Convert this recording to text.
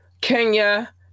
Kenya